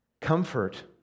Comfort